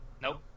Nope